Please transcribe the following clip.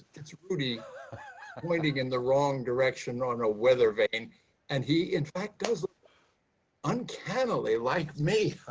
it's rudy pointing in the wrong direction on a weather vane and, he, in fact, does look uncannily like me.